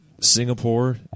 Singapore